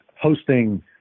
hosting